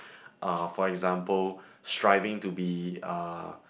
uh for example striving to be uh